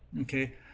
Okay